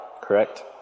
correct